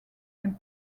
and